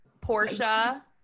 Portia